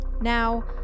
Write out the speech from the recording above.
Now